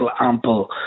ample